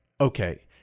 okay